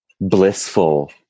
blissful